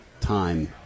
time